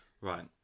Right